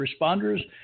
responders